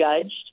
judged